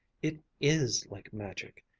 it is like magic.